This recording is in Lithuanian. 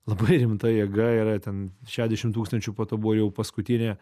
labai rimta jėga yra ten šešiasdešimt tūkstančių po to buvo jau ir paskutinė